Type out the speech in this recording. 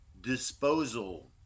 disposal